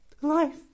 Life